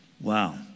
Wow